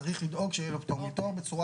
צריך לדאוג שיהיה תו פטור מתור בצורה